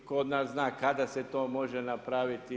Tko od nas zna kada se to može napraviti.